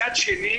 מצד שני,